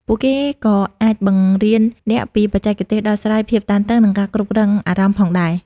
ពួកគេក៏អាចបង្រៀនអ្នកពីបច្ចេកទេសដោះស្រាយភាពតានតឹង និងការគ្រប់គ្រងអារម្មណ៍ផងដែរ។